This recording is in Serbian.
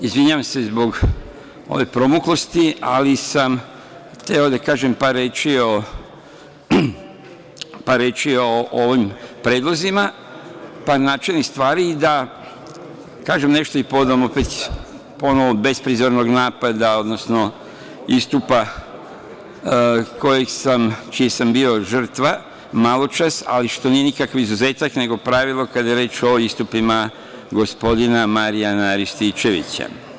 Izvinjavam se zbog ove promuklosti, ali sam hteo da kažem par reči o ovim predlozima, par načelnih stvari i da kažem nešto povodom opet besprizornog napada, odnosno istupa čija sam bio žrtva maločas, ali što nije nikakav izuzetak nego pravilo kada je reč o istupima gospodina Marijana Rističevića.